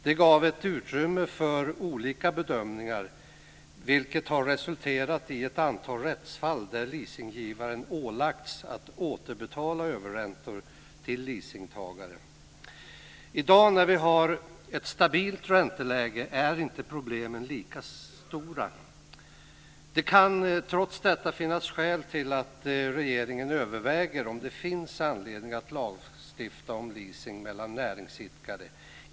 Det gav ett utrymme för olika bedömningar, vilket har resulterat i ett antal rättsfall där leasinggivaren ålagts att återbetala överräntor till leasingtagaren. I dag, när vi har ett stabilt ränteläge, är inte problemen lika stora. Det kan trots detta finnas skäl till att regeringen överväger om det finns anledning att lagstifta om leasing mellan näringsidkare.